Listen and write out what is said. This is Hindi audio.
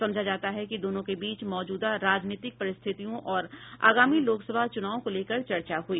समझा जाता है कि दोनों के बीच मौजूदा राजनीतिक परिस्थतियों और आगामी लोकसभा चुनाव को लेकर चर्चा हुई